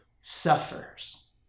suffers